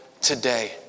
today